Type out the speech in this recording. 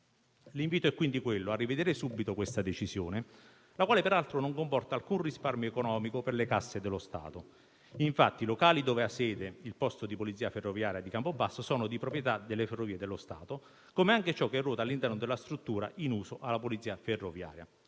L'invito, quindi, è di rivedere subito questa decisione, la quale, peraltro, non comporta alcun risparmio economico per le casse dello Stato. Infatti, i locali dove ha sede il posto di polizia ferroviaria di Campobasso sono di proprietà delle Ferrovie dello Stato, come anche ciò che ruota all'interno della struttura in uso alla polizia ferroviaria.